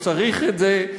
לא צריך את זה.